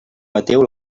mateu